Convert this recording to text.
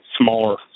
smaller